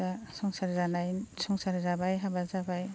दा संसार जानानै संसार जाबाय हाबा जाबाय